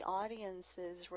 audiences